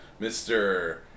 Mr